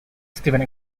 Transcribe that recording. stephen